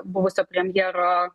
buvusio premjero